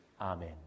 Amen